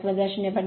44 ०